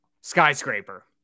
skyscraper